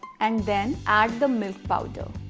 and then add the milk powder.